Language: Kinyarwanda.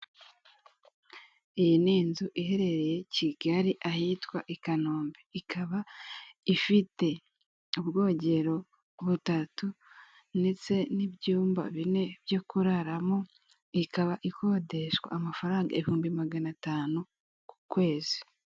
Iyi ni inzu iherereye Kigali ahitwa i Kanombe, ikaba ifite ubwogero butatu ndetse n'ibyumba bine byo kuraramo, ikaba ikodeshwa amafaranga ibihumbi magana atanu ku kwezi.